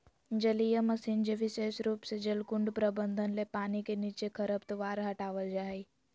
जलीय मशीन जे विशेष रूप से जलकुंड प्रबंधन ले पानी के नीचे खरपतवार हटावल जा हई